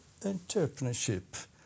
entrepreneurship